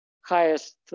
highest